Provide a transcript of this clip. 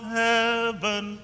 heaven